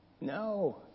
No